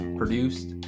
produced